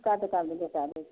ओ कै टके दै छिए